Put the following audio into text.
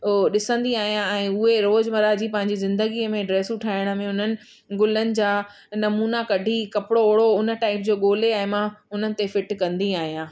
ओ ॾिसंदी आहियां ऐं उहे रोजमर्रा जी पंहिंजी ज़िंदगीअ में ड्रेसू ठाहिण में उन्हनि ग़ुलनि जा नमूना कढी कपिड़ो ओहिड़ो उन टाइप जो ॻोल्हे ऐं मां उन्हनि ते फिट कंदी आहियां